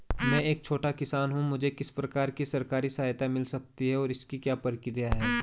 मैं एक छोटा किसान हूँ मुझे किस प्रकार की सरकारी सहायता मिल सकती है और इसकी क्या प्रक्रिया है?